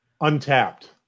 Untapped